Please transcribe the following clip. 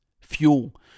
Fuel